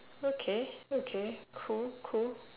okay okay cool cool